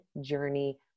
journey